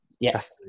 Yes